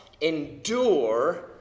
endure